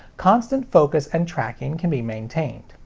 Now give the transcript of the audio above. constant focus and tracking can be maintained.